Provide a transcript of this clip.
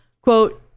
quote